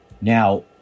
Now